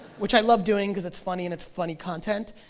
which i love doing because it's funny and it's funny content,